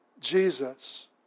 Jesus